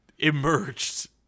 emerged